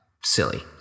silly